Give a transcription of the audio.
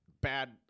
bad